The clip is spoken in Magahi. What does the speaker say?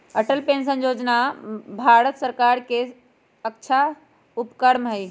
अटल पेंशन योजना भारत सर्कार के अच्छा उपक्रम हई